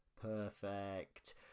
perfect